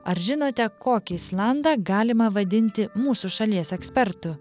ar žinote kokį islandą galima vadinti mūsų šalies ekspertu